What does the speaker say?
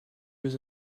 jeux